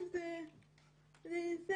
שלא